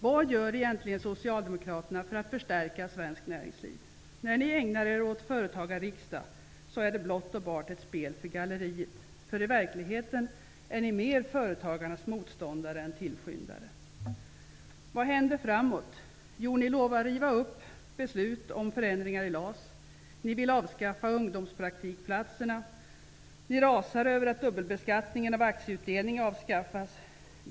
Vad gör egentligen Socialdemokraterna för att förstärka svenskt näringsliv? När ni ägnar er åt företagarriksdag, är det blott och bart ett spel för galleriet. I verkligheten är ni mer av företagens motståndare än tillskyndare. Vad händer framöver? Jo, ni lovar riva upp beslut om förändringar i LAS. Ni vill avskaffa ungdomspraktikplatserna. Ni rasar över att dubbelbeskattningen av aktieutdelning avskaffas.